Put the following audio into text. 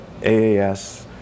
AAS